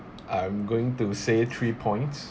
I'm going to say three points